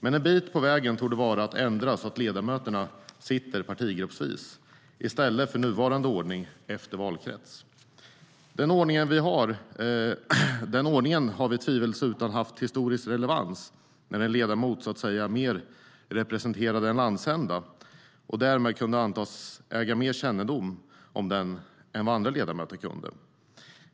Men en bit på vägen torde vara att ändra så att ledamöterna sitter partigruppvis i stället för nuvarande ordning, det vill säga efter valkrets. Den ordningen har tvivelsutan haft historisk relevans när en ledamot kunde sägas mer representera en landsända och därmed kunde antas äga mer kännedom om den än vad andra ledamöter kunde.